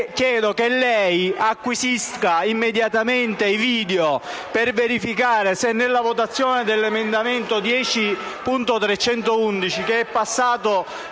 chiedo che lei acquisisca immediatamente i video per verificare se nella votazione dell'emendamento 10.311, che è passato